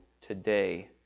today